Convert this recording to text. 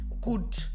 good